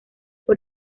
por